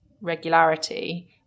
regularity